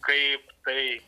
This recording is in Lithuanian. kaip tai